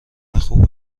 خوب